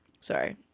Sorry